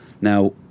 Now